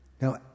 Now